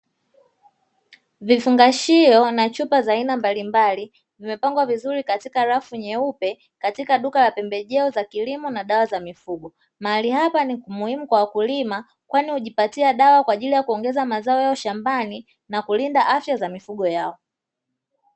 Vifungashio na chupa za aina mbalimbali zimepangwa vizuri katika rafu nyeupe katika duka la pembejeo za kilimo na dawa za mifugo, mahali hapa ni muhimu kwa wakulima kwani hujipatia dawa kwaajili ya kuongeza mazao shambani na kulinda afya za mifugo yao.